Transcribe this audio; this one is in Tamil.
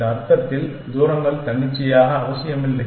இந்த அர்த்தத்தில் தூரங்கள் தன்னிச்சையாக அவசியமில்லை